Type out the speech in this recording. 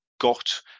got